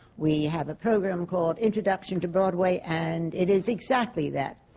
we have a program called introduction to broadway, and it is exactly that.